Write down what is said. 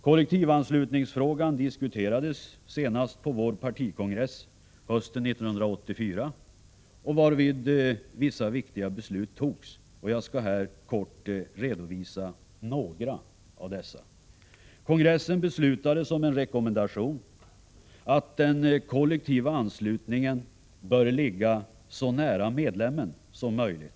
Kollektivanslutningsfrågan diskuterades senast på vår partikongress hösten 1984, varvid vissa viktiga beslut fattades. Jag skall här kort redovisa några. Kongressen beslutade som en rekommendation att den kollektiva anslutningen bör ligga så nära medlemmen som möjligt.